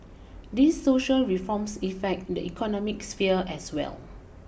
these social reforms effect the economic sphere as well